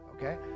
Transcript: Okay